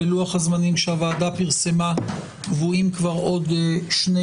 בלוח הזמנים שהוועדה פרסמה קבועים כבר עוד שני